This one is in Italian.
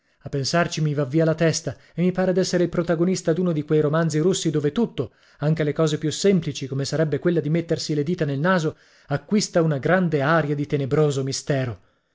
a pensarci mi va via la testa e mi pare d'essere il protagonista d'uno di quei romanzi russi dove tutto anche le cose più semplici come sarebbe quella di mettersi le dita del naso acquista una grande aria di tenebroso mistero